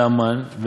והמן,